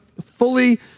fully